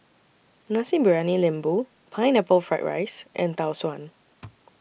Nasi Briyani Lembu Pineapple Fried Rice and Tau Suan